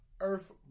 Earth